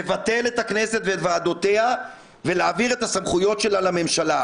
לבטל את הכנסת וועדותיה ולהעביר את הסמכויות שלה לממשלה.